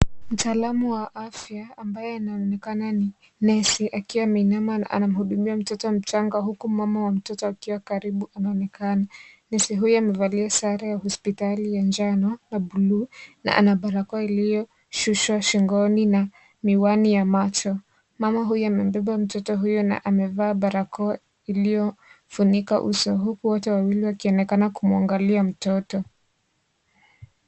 Mtaalam wa afya ambaye anaonekana ni nesi. Akiwa ameinama anamhudumia mtoto mchanga huku mama wa mtoto akiwa karibu anaonekana. Nesi huyo amevalia sare ya hospitali ya njano na bluu, na ana baraka iliyoshusha shingoni na miwani ya macho. Mama huyo amembeba mtoto huyo na amevaa barakoa iliyofunika uso. Huku wote wawili wakionekana kumuangalia mtoto.